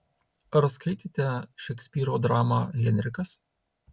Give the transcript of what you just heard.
ar skaitėte šekspyro dramą henrikas